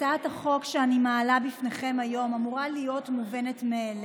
הצעת החוק שאני מעלה בפניכם היום אמורה להיות מובנת מאליה.